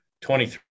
23